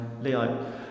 Leo